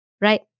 right